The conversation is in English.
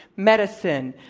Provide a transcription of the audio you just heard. medicine,